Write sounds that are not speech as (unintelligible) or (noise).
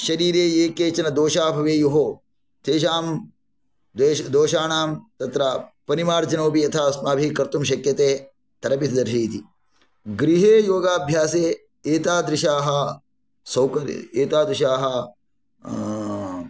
शरीरे ये केचन दोषाः भवेयुः तेषां दोषाणां तत्र परिमार्जनोपि यथा अस्माभिः कर्तुं शक्यते तेरपि (unintelligible) इति गृहे योगाभ्यासे एतादृशाः सौकर् एतादृशाः